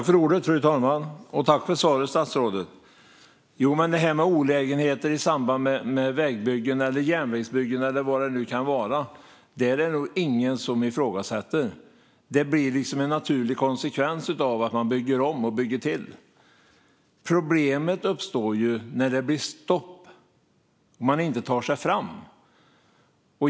Fru talman! Tack, statsrådet, för svaret! Olägenheter i samband med vägbyggen, järnvägsbyggen eller vad det nu kan vara är det nog ingen som ifrågasätter. Det blir liksom en naturlig konsekvens av att man bygger om och bygger till. Problemet uppstår när det blir stopp - när man inte tar sig fram.